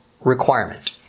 requirement